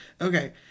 Okay